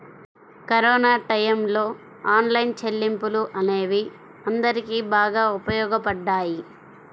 corona టైయ్యంలో online చెల్లింపులు అనేవి అందరికీ బాగా ఉపయోగపడ్డాయి